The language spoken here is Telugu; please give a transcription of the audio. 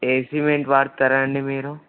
ఏ సిమెంట్ వాడతారు అండి మీరు